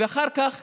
ואחר כך